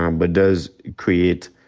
um but does create,